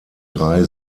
drei